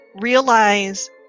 realize